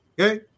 Okay